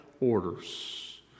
orders